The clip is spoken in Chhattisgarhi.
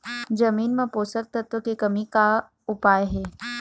जमीन म पोषकतत्व के कमी का उपाय हे?